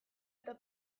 eta